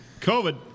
COVID